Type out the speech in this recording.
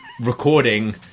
recording